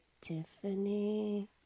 Tiffany